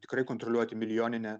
tikrai kontroliuoti milijoninę